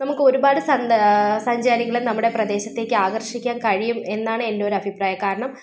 നമുക്ക് ഒരുപാട് സന്ദ സഞ്ചാരികളെ നമ്മുടെ പ്രദേശത്തേക്ക് ആകർഷിക്കാൻ കഴിയും എന്നാണ് എൻറ്റൊരഭിപ്രായം കാരണം